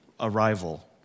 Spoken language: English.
arrival